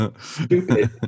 stupid